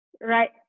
Right